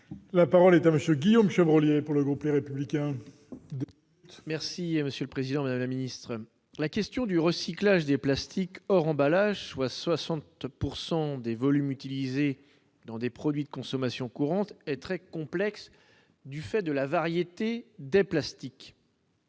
La parole est à monsieur Guillaume Chevrolet pour le groupe, les républicains. Merci monsieur le président de la la ministre la question du recyclage des plastiques hors emballage, soit 60 pourcent des volumes utilisés dans des produits de consommation courante est très complexe du fait de la variété des plastiques.